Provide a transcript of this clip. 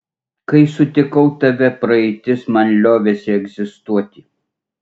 kai sutikau tave praeitis man liovėsi egzistuoti